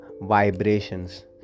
vibrations